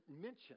mention